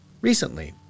Recently